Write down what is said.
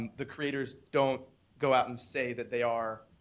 the creators don't go out and say that they are,